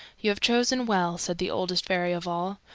you have chosen well, said the oldest fairy of all.